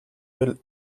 del